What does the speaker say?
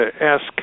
ask